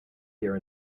here